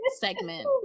segment